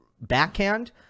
backhand